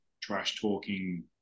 trash-talking